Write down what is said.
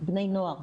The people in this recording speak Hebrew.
בני נוער,